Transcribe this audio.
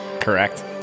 Correct